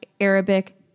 Arabic